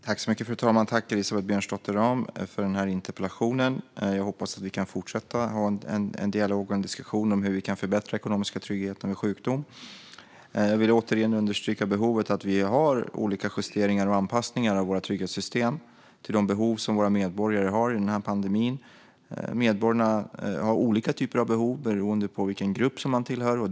Fru talman! Jag tackar Elisabeth Björnsdotter Rahm för interpellationen. Jag hoppas att vi kan fortsätta att ha en dialog och en diskussion om hur vi kan förbättra den ekonomiska tryggheten vid sjukdom. Jag vill återigen understryka behovet av att vi gör olika justeringar av våra trygghetssystem och anpassar dem till de behov som våra medborgare har under pandemin. Medborgarna har olika typer av behov beroende på vilken grupp de tillhör.